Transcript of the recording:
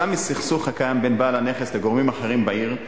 כתוצאה מסכסוך הקיים בין בעל הנכס לגורמים אחרים בעיר,